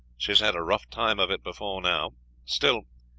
she has had a rough time of it before now still,